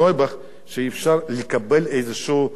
אי-אפשר לקבל איזה מידע.